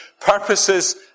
purposes